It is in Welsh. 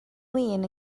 lin